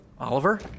Oliver